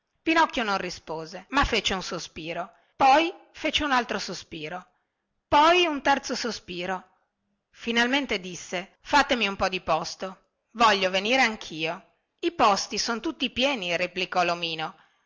pinocchio non rispose ma fece un sospiro poi fece un altro sospiro poi un terzo sospiro finalmente disse fatemi un po di posto voglio venire anchio i posti son tutti pieni replicò lomino